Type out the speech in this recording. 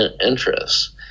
interests